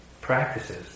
practices